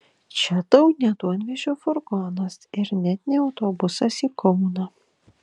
čia tau ne duonvežio furgonas ir net ne autobusas į kauną